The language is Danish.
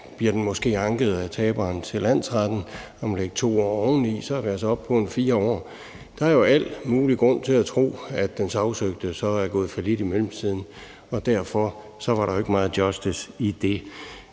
bliver anket af taberen til landsretten, hvor man så kan lægge 2 år oveni, er vi altså oppe på 4 år. Der er jo al mulig grund til at tro, at den sagsøgte så er gået fallit i mellemtiden, og derfor var der jo ikke meget justice i det.